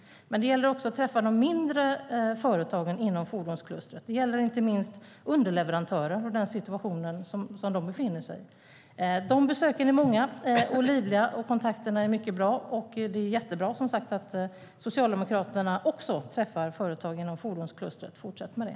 Men det gäller också att träffa de mindre företagen inom fordonsklustret. Det gäller inte minst underleverantörer med tanke på den situation som de befinner sig i. Dessa besök är många och livliga, och kontakterna är mycket bra. Det är, som sagt, bra att även Socialdemokraterna träffar företag inom fordonsklustret. Fortsätt med det.